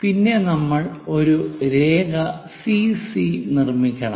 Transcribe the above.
പിന്നെ നമ്മൾ ഒരു രേഖ സിസി നിർമ്മിക്കണം